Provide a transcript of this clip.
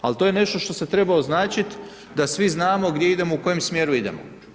Ali to je nešto što se treba označiti da svi znamo gdje idemo, u kojem smjeru idemo.